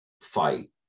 fight